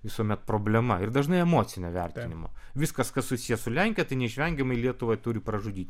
visuomet problema ir dažnai emocinio vertinimo viskas kas susiję su lenkija tai neišvengiamai lietuvą turi pražudyti